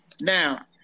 now